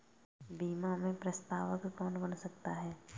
बीमा में प्रस्तावक कौन बन सकता है?